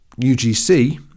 UGC